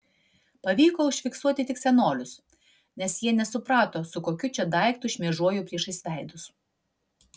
pavyko užfiksuoti tik senolius nes jie nesuprato su kokiu čia daiktu šmėžuoju priešais veidus